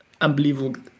unbelievable